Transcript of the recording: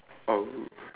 oh